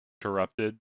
corrupted